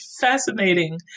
fascinating